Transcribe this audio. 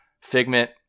Figment